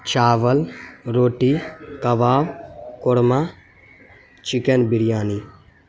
چاول روٹی کباب قورما چکن بریانی